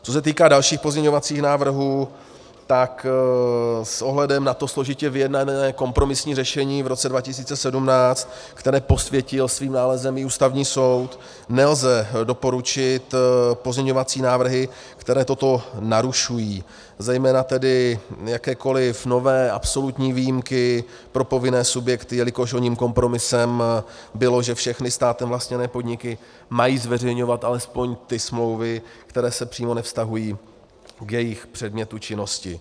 Co se týká dalších pozměňovacích návrhů, tak s ohledem na to složitě vyjednané kompromisní řešení v roce 2017, které posvětil svým nálezem i Ústavní soud, nelze doporučit pozměňovací návrhy, které toto narušují, zejména tedy jakékoliv nové absolutní výjimky pro povinné subjekty, jelikož oním kompromisem bylo, že všechny státem vlastněné podniky mají zveřejňovat alespoň ty smlouvy, které se přímo nevztahují k jejich předmětu činnosti.